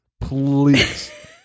Please